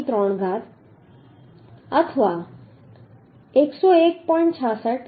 66 kilonewton થશે